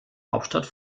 hauptstadt